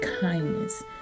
kindness